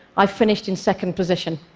i finished in second position.